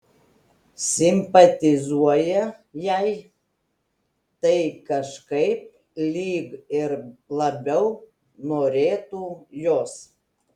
simpatizuoja jai tai kažkaip lyg ir labiau norėtų jos